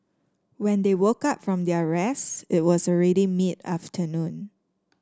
when they woke up from their rest it was already mid afternoon